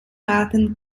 arten